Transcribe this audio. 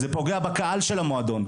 זה פוגע בקהל של המועדון.